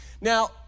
Now